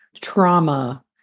trauma